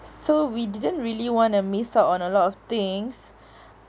so we didn't really want to miss out on a lot of things